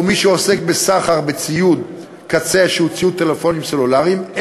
ומי שעוסק בסחר בציוד קצה שהוא ציוד טלפונים סלולריים,